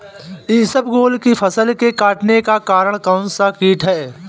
इसबगोल की फसल के कटने का कारण कौनसा कीट है?